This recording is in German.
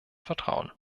vertrauen